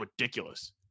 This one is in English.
ridiculous